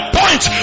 point